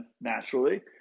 naturally